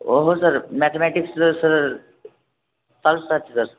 ओ हो sir mathematics तर sir चालूच राहते सर